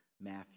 Matthew